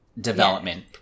development